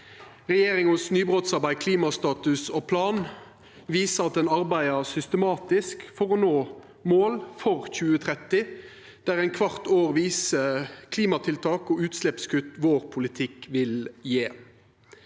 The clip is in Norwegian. Regjeringas nybrotsarbeid klimastatus og -plan viser at ein arbeider systematisk for å nå mål for 2030, der ein kvart år viser klimatiltak og utsleppskutt vår politikk vil gje.